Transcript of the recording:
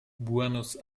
buenos